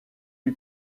lui